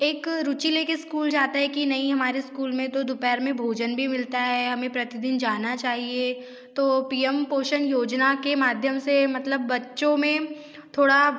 एक रुचि लेके स्कूल जाता है कि नहीं हमारे स्कूल में दोपहर में भोजन भी मिलता है हमें प्रतिदिन जाना चाहिए तो पी एम पोषण योजना के माध्यम से मतलब बच्चों में थोड़ा